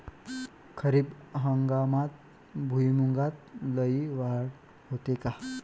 खरीप हंगामात भुईमूगात लई वाढ होते का?